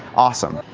awesome.